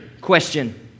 question